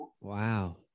Wow